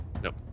Nope